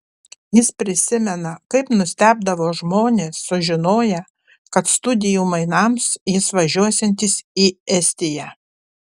jis prisimena kaip nustebdavo žmonės sužinoję kad studijų mainams jis važiuosiantis į estiją